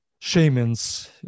shamans